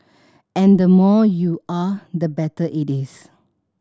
and the more you are the better it is